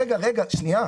רגע, שנייה.